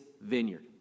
vineyard